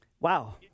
Wow